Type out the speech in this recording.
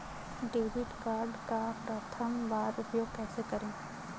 Debit card का प्रथम बार उपयोग कैसे करेंगे?